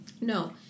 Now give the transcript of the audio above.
No